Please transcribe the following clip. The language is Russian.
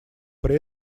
при